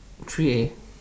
three A